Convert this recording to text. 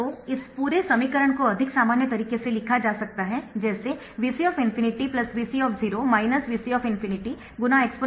तो इस पूरे समीकरण को अधिक सामान्य तरीके से लिखा जा सकता है जैसे Vc ∞ Vc V c ∞× exp t RC